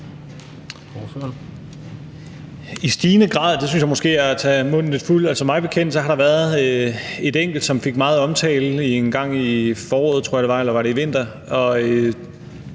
i stigende grad, synes jeg måske er at tage munden lidt for fuld. Mig bekendt har der været et enkelt, som fik meget omtale, engang i foråret, tror jeg det var. Det har et meget